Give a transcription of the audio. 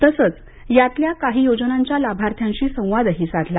तसेच यातल्या काही योजनाच्या लाभार्थींशी संवाद साधला